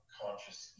conscious